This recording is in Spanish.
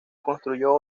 construyó